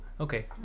okay